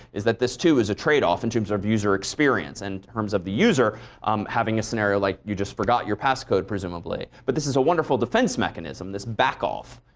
is that this too is a trade off in terms of user experience, in and terms of the user having a scenario like you just forgot your passcode presumably. but this is a wonderful defense mechanism, this back off.